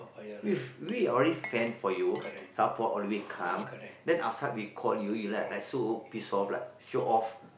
with we are already fan for you support all the way come then outside we call you you like so pissed off like show off